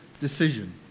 decision